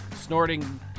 snorting